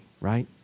Right